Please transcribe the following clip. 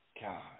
God